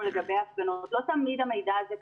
לגבי הפגנות לא תמיד המידע הזה קיים.